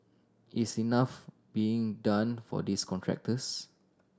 is enough being done for these contractors